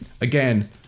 Again